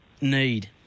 need